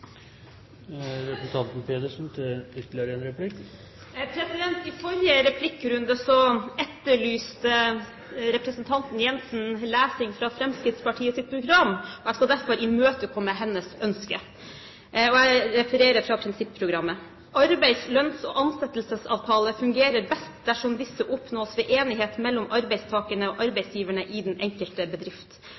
representanten Jensen lesing fra Fremskrittspartiets program, og jeg skal derfor imøtekomme hennes ønske. Jeg refererer fra prinsipprogrammet: «Arbeids, lønns- og ansettelsesavtaler fungerer best dersom disse oppnås ved enighet mellom arbeidstakerne og arbeidsgiverne i den enkelte bedrift.